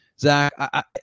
Zach